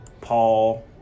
Paul